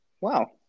Wow